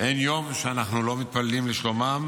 אין יום שבו אנחנו לא מתפללים לשלומם.